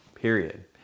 Period